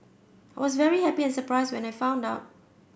I was very happy and surprised when I found out